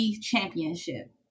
Championship